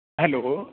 hello